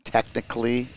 Technically